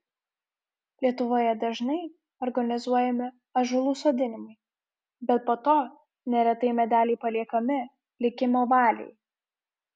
lietuvoje dažnai organizuojami ąžuolų sodinimai bet po to neretai medeliai paliekami likimo valiai